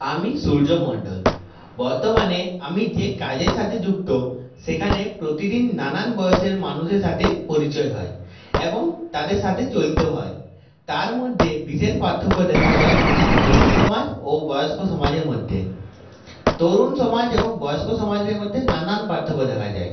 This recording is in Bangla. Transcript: আমি সূর্য মন্ডল বর্তমানে আমি যে কাজের সাথে যুক্ত সেখানে প্রতিদিন নানান বয়েসের মানুষের সাথে পরিচয় হয় এবং তাদের সাথে চলতে হয় তার মধ্যে বিশেষ পার্থক্য দেখা যায় তরুণ সমাজ ও বয়স্ক সমাজের মধ্যে তরুণ সমাজ এবং বয়স্ক সমাজের মধ্যে নানান পার্থক্য দেখা যায়